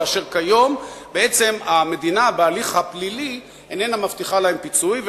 ואשר כיום המדינה איננה מבטיחה להם פיצוי בהליך הפלילי,